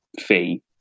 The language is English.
fee